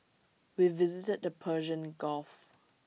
we visited the Persian gulf